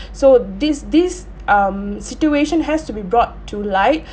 so this this um situation has to be brought to light